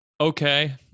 okay